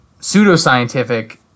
pseudoscientific